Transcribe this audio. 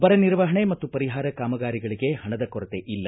ಬರ ನಿರ್ವಹಣೆ ಮತ್ತು ಪರಿಹಾರ ಕಾಮಗಾರಿಗಳಿಗೆ ಪಣದ ಕೊರತೆ ಇಲ್ಲ